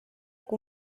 que